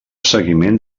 seguiment